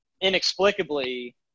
inexplicably